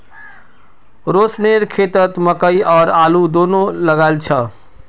रोशनेर खेतत मकई और आलू दोनो लगइल छ